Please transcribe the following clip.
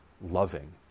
loving